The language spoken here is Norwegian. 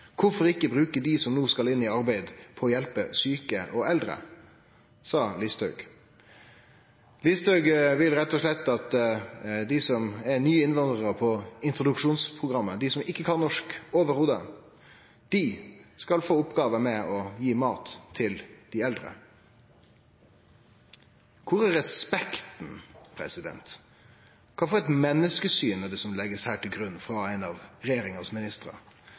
Hvorfor ikke bruke de som nå skal inn i arbeid på å hjelpe syke og eldre?» Listhaug vil rett og slett at dei som er nye innvandrarar på introduksjonsprogrammet, dei som ikkje kan norsk i det heile, skal få oppgåva med å gi mat til dei eldre. Kvar er respekten? Kva for eit menneskesyn er det som her blir lagt til grunn frå ein av